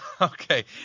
Okay